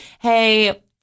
Hey